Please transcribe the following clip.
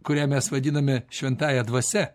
kurią mes vadiname šventąja dvasia